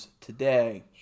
today